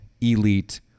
elite